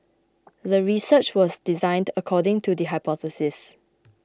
the research was designed according to the hypothesis